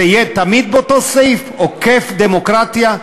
זה יהיה תמיד באותו סעיף עוקף דמוקרטיה?